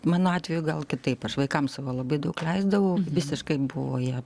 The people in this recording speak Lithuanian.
mano atveju gal kitaip aš vaikams savo labai daug leisdavau visiškai buvo jie